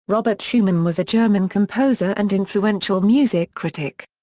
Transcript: robert schumann was a german composer and influential music critic.